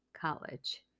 college